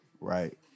Right